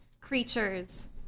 creatures